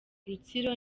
rutsiro